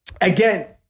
Again